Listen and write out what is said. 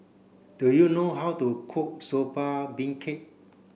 do you know how to cook Soba Beancurd